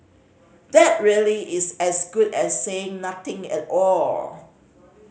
that really is as good as saying nothing at all